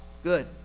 good